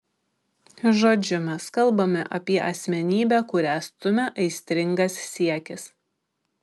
žodžiu mes kalbame apie asmenybę kurią stumia aistringas siekis